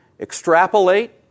extrapolate